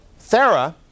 Thera